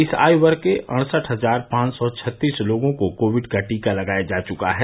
इस आयु वर्ग के अड़सठ हजार पांच सौ छत्तीस लोगों को कोविड का टीका लगाया जा चुका है